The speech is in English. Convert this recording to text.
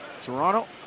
toronto